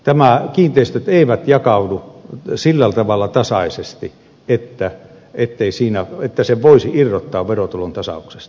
nämä kiinteistöt eivät jakaudu sillä tavalla tasaisesti että sen voisi irrottaa verotulontasauksesta